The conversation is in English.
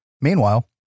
Meanwhile